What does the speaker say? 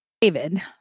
David